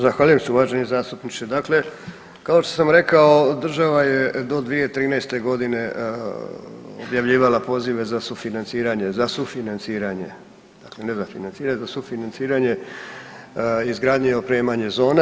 Zahvaljujem se uvaženi zastupniče, dakle kao što sam rekao država je do 2013. godine objavljivala pozive za sufinanciranje, za sufinanciranje dakle ne za financiranje za sufinanciranje izgradnje i opremanje zona.